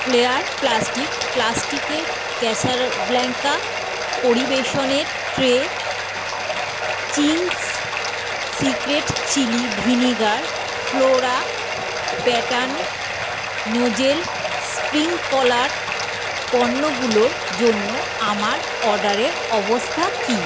flair plastic প্লাস্টিকের casserole blanca পরিবেশনের tray Chings secret chilli vinegar Flora pattern nozzle spring collar পণ্যগুলোর জন্য আমার অর্ডারের অবস্থা কী